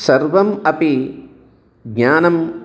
सर्वम् अपि ज्ञानम्